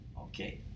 Okay